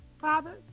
Father